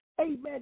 amen